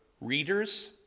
readers